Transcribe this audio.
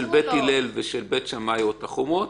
בית הלל ושל בית שמאי או את החומרות,